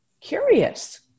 curious